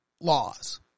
laws